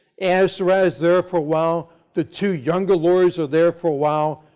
anna surratt is there for a while, the two younger lawyers are there for a while,